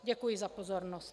Děkuji za pozornost.